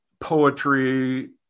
poetry